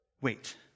Wait